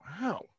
wow